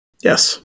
Yes